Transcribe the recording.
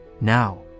Now